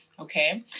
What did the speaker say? okay